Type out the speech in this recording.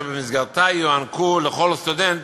אשר במסגרתה יוענקו לכל סטודנט